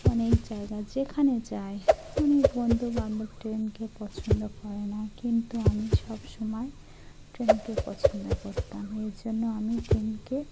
অনেক জায়গা যেখানে যায় অনেক বন্ধুবান্ধব ট্রেনকে পছন্দ করে না কিন্তু আমি সব সমময় ট্রেনকে পছন্দ করতাম এই জন্য আমি ট্রেনকে